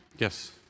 Yes